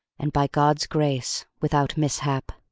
and by god's grace without mishap.